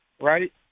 right